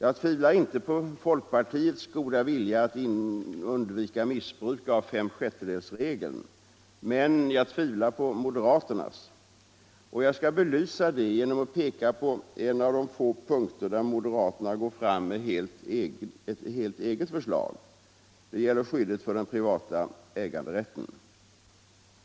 Jag tvivlar inte på folkpartiets goda vilja att undvika —— missbruk av femsjättedelsreggln. Men jag tvivlar på moderaternas. Frioch rättigheter i Jag skall belysa detta genom att peka på en av de få punkter där mo — grundlag deraterna går fram med ett helt eget förslag. Det gäller skyddet för den privata äganderätten.